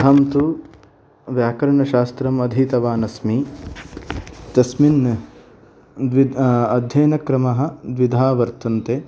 अहं तु व्याकरणशास्त्रम् अधीतवान् अस्मि तस्मिन् अध्ययनक्रमः द्विधा वर्तेते